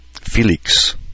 Felix